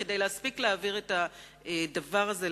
כדי להספיק להעביר את הדבר הזה,